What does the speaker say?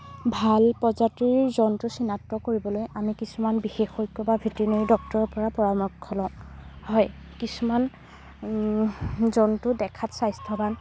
ভাল প্ৰজাতিৰ জন্তু চিনাক্ত কৰিবলৈ আমি কিছুমান বিশেষজ্ঞ বা ভেটেনেৰি ডক্টৰৰ পৰা পৰামৰ্শ লওঁ হয় কিছুমান জন্তু দেখাত স্বাস্থ্যবান